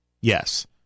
Yes